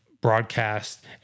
broadcast